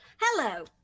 Hello